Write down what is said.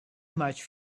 much